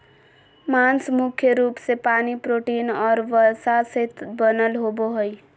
मांस मुख्य रूप से पानी, प्रोटीन और वसा से बनल होबो हइ